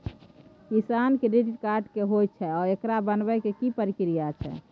किसान credit card की होयत छै आ एकरा बनाबै के की प्रक्रिया छै?